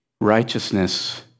Righteousness